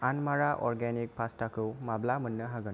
आनमारा organic पास्टाखौ माब्ला मोननो हागोन